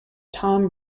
tom